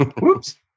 whoops